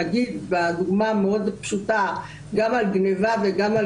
בדוגמה המאוד פשוטה גם על גניבה וגם על